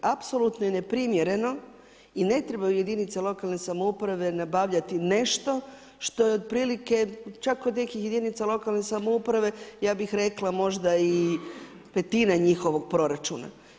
Apsolutno je neprimjereno i ne trebaju jedinice lokalne samouprave nabavljati nešto što je otprilike čak kod jedinica lokalne samouprave, ja bih rekla možda i petina njihovog proračuna.